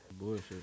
Bullshit